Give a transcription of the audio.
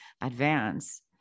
advance